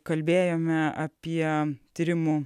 kalbėjome apie tyrimų